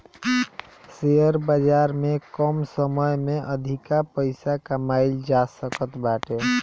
share बाजार में कम समय में अधिका पईसा कमाईल जा सकत बाटे